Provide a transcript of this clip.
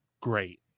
Great